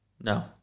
No